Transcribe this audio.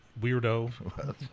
Weirdo